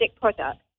product